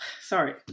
sorry